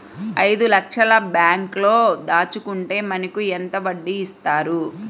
ఐదు లక్షల బ్యాంక్లో దాచుకుంటే మనకు ఎంత వడ్డీ ఇస్తారు?